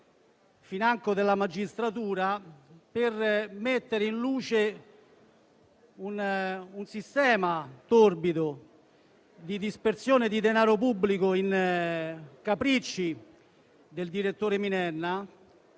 financo della magistratura per mettere in luce un sistema torbido di dispersione di denaro pubblico in capricci del direttore Minenna.